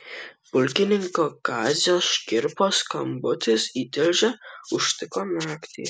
pulkininko kazio škirpos skambutis į tilžę užtiko naktį